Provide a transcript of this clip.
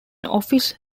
office